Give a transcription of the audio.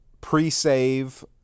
pre-save